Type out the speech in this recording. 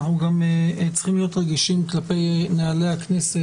אנחנו גם צריכים להיות רגישים כלפי נהלי הכנסת,